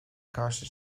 karşı